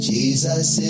Jesus